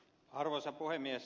arvoisa puhemies